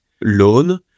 Loan